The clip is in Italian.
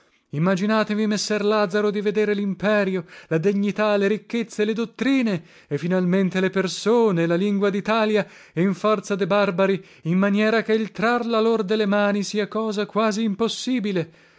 imaginatevi messer lazaro di vedere limperio la degnità le ricchezze le dottrine e finalmente le persone e la lingua ditalia in forza de barbari in maniera che il trarla lor de le mani sia cosa quasi impossibile